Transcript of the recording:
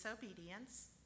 disobedience